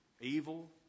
evil